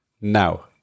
Now